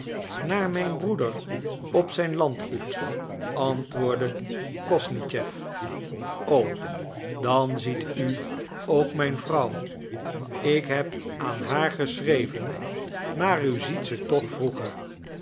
naar mijn broeder op zijn landgoed antwoordde kosnischew o dan ziet u ook mijn vrouw ik heb aan haar geschreven maar u ziet ze toch vroeger